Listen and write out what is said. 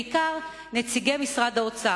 בעיקר נציגי משרד האוצר.